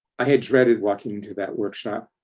i had dreaded walking into that workshop.